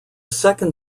second